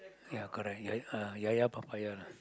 ya correct ya uh ya ya papaya lah